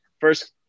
first